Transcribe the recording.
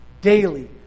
daily